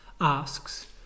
asks